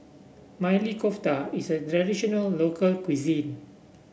Maili Kofta is a traditional local cuisine